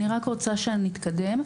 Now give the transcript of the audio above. אני רק רוצה שנתקדם.